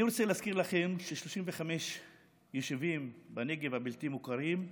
אני רוצה להזכיר לכם שיש 35 יישובים בלתי מוכרים בנגב,